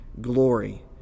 glory